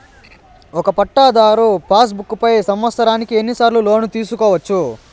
ఒక పట్టాధారు passbook పై సంవత్సరానికి ఎన్ని సార్లు లోను తీసుకోవచ్చు?